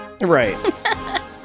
Right